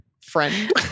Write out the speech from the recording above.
friend